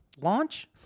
Launch